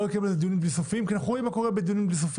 לקיים על זה דיונים נוספים כי אנחנו רואים מה קורה בדיונים נוספים.